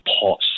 pause